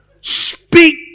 speak